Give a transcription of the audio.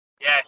Yes